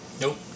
nope